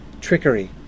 trickery